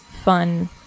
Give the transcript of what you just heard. fun